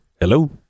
hello